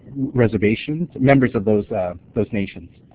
reservations members of those those nations.